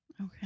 Okay